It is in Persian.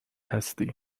هستی